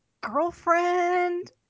Girlfriend